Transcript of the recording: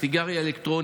הסיגריה האלקטרונית.